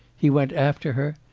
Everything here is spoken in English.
he went after her,